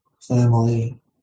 family